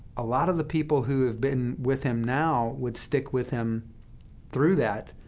a lot of the people who have been with him now would stick with him through that,